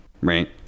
right